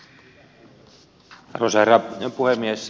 arvoisa herra puhemies